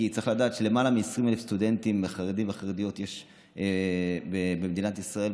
כי צריך לדעת שלמעלה מ-20,000 סטודנטים חרדים וחרדיות יש במדינת ישראל,